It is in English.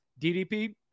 ddp